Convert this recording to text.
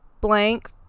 blank